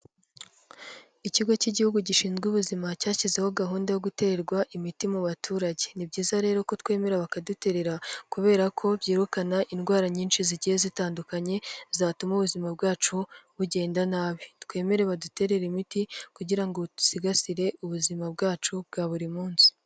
Ikigo cy'igihugu gishinzwe ubuzima, cyashyizeho gahunda yo guterwa imiti mu baturage, ni byiza rero ko twemera bakaduterera kubera ko byirukana indwara nyinshi zigiye zitandukanye, zatuma ubuzima bwacu bugenda nabi, twemere badutererere imiti kugira ngo dusigasire ubuzima bwacu bwa buri munsi.